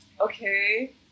Okay